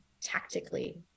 tactically